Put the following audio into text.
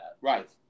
Right